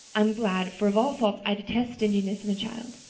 i'm glad, for of all faults i detest stinginess in a child.